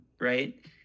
right